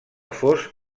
fos